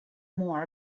more